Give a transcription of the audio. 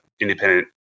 independent